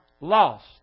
lost